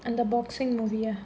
and the boxing movie ah